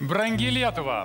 brangi lietuva